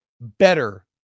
better